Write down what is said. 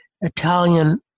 Italian